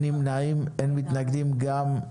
אין מתנגדים ואין נמנעים,